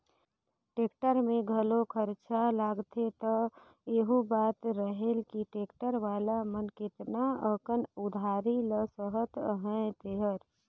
tractor में घलो खरचा लागथे त एहू बात रहेल कि टेक्टर वाला मन केतना अकन उधारी ल सहत अहें तेहर